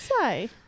say